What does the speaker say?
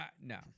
No